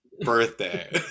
birthday